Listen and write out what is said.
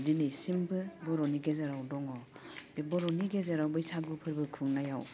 दिनैसिमबो बर'नि गेजेराव दङ बे बर'नि गेजेराव बैसागु फोरबो खुंनायाव